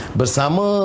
bersama